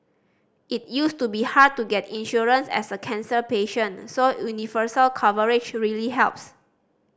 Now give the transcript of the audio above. it used to be hard to get insurance as a cancer patient so universal coverage really helps